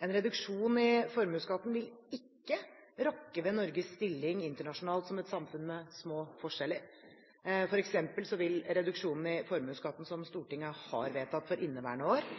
En reduksjon i formuesskatten vil ikke rokke ved Norges stilling internasjonalt som et samfunn med små forskjeller. For eksempel vil reduksjonen i formuesskatten som Stortinget har vedtatt for inneværende år,